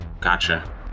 Gotcha